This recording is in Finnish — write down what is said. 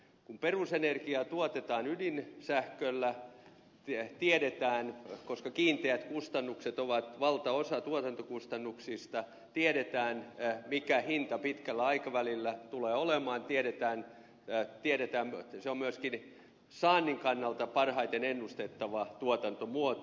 kun perusenergiaa tuotetaan ydinsähköllä tiedetään koska on kiinteät kustannukset valtaosa tuotantokustannuksista mikä hinta pitkällä aikavälillä tulee olemaan tiedetään että se on myöskin saannin kannalta parhaiten ennustettava tuotantomuoto